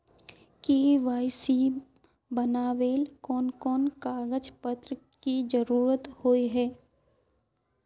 KYC बनावेल कोन कोन कागज पत्र की जरूरत होय है?